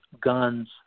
guns